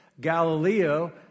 Galileo